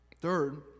Third